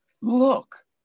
look